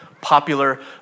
popular